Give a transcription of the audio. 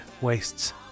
wastes